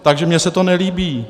Takže mně se to nelíbí.